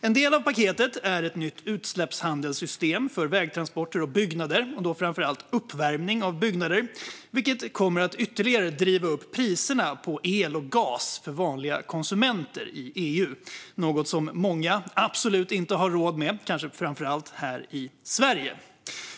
En del av paketet är ett nytt utsläppshandelssystem för vägtransporter och byggnader och då framför allt uppvärmning av byggnader, vilket kommer att ytterligare driva upp priserna på el och gas för vanliga konsumenter i EU - något som många, kanske framför allt här i Sverige, absolut inte har råd med.